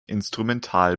instrumental